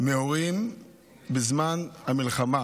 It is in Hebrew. מהורים בזמן המלחמה,